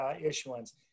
issuance